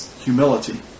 Humility